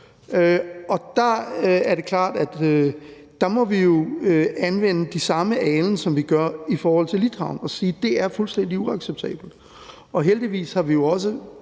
Og der er det klart, at der må vi jo anvende de samme alen, som vi gør i forhold til sagen med Litauen, og sige, at det er fuldstændig uacceptabelt. Heldigvis har vi jo også